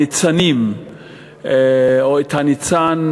הניצנים או את הניצן,